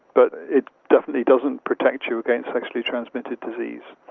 but it definitely doesn't protect you against sexually transmitted disease,